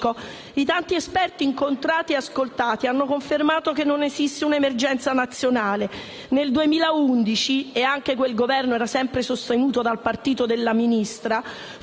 I tanti esperti incontrati e ascoltati hanno confermato che non esiste un'emergenza nazionale. Nel 2011 (anche quel Governo era sempre sostenuto dal partito della Ministra)